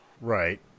Right